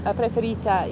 preferita